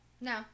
No